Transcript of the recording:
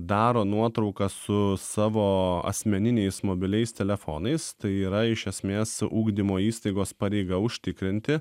daro nuotrauką su savo asmeniniais mobiliais telefonais tai yra iš esmės ugdymo įstaigos pareiga užtikrinti